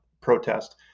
protest